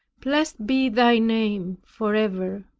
blessed be thy name forever.